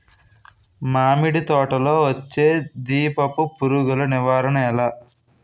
మామిడి తోటలో వచ్చే దీపపు పురుగుల నివారణ ఎలా?